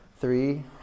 three